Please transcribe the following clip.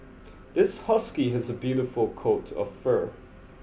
this husky has a beautiful coat of fur